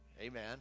Amen